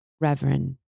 Reverend